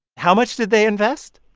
how much did they invest?